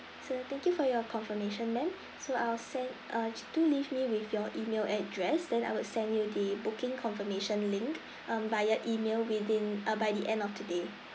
so thank you for your confirmation ma'am so I'll send uh do leave me with your email address then I will send you the booking confirmation link um via email within uh by the end of today